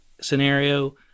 scenario